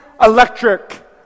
electric